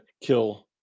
kill